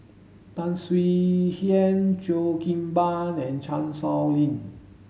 Tan Swie Hian Cheo Kim Ban and Chan Sow Lin